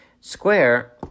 Square